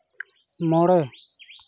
ᱢᱚᱬᱮ